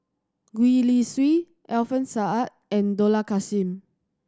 Gwee Li Sui Alfian Sa'at and Dollah Kassim